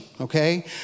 okay